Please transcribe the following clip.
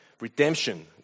Redemption